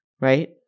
right